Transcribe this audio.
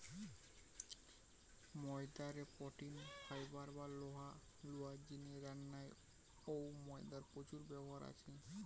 ময়দা রে protein, fibre বা লোহা রুয়ার জিনে রান্নায় অউ ময়দার প্রচুর ব্যবহার আছে